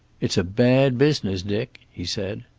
it's a bad business, dick, he said.